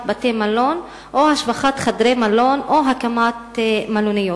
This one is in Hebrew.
בתי-מלון או השבחת חדרי מלון או הקמת מלוניות?